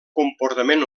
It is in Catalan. comportament